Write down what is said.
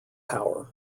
power